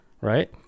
Right